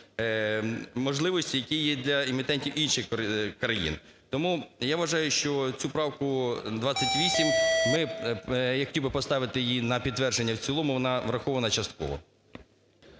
можливості які є для емітентів інших країн. Тому я вважаю, що цю правку 28 я хотів би поставити її на підтвердження в цілому, вона врахована частково.